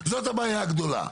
זאת הבעיה הגדולה.